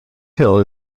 hill